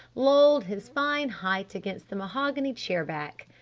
lolled his fine height against the mahogany chair-back.